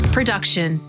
Production